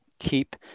keep